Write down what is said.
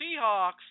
Seahawks